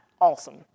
awesome